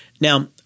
Now